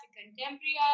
contemporary